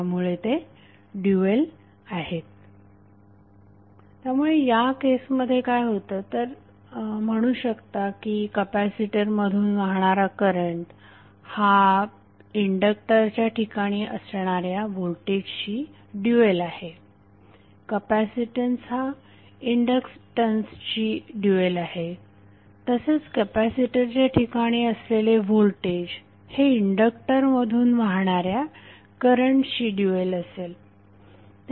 त्यामुळेच ते ड्यूएल आहेत त्यामुळे या केसमध्ये काय होतं तर म्हणू शकता की कपॅसिटर मधून वाहणारा करंट हा इंडक्टरच्या ठिकाणी असणाऱ्या व्होल्टेजशी ड्यूएल आहे कपॅसिटन्स हा इंडक्टन्सशी ड्यूएल असेल तसेच कपॅसिटरच्या ठिकाणी असलेले व्होल्टेज इंडक्टरमधून वाहणाऱ्या करंटशी ड्यूएल असेल